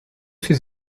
ces